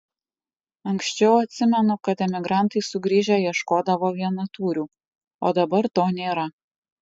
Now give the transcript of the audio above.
anksčiau atsimenu kad emigrantai sugrįžę ieškodavo vienatūrių o dabar to nėra